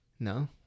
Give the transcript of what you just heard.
No